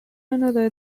another